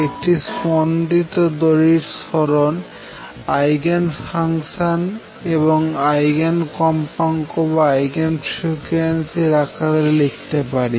একটি স্পন্দিত দড়ির সরন আইগেন ফাংশন এবং আইগেন কম্পাঙ্ক এর আকারে লিখতে পারি